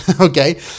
Okay